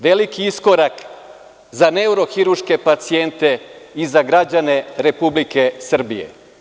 Veliki iskorak za neurohirurške pacijente i za građane Republike Srbije.